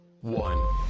one